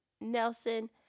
Nelson